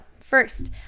first